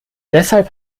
deshalb